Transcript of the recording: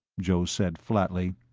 joe said flatly,